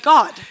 God